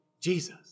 Jesus